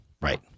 right